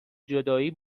جدایی